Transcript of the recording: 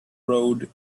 road